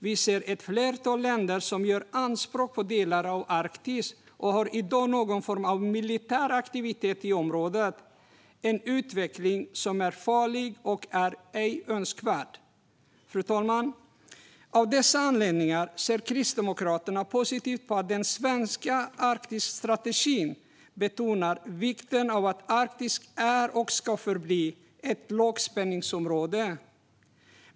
Vi ser ett flertal länder som gör anspråk på delar av Arktis och i dag har någon form av militär aktivitet i området - en utveckling som är farlig och ej önskvärd. Fru talman! Av dessa anledningar ser Kristdemokraterna positivt på att den svenska Arktisstrategin betonar vikten av att Arktis är och ska förbli ett lågspänningsområde.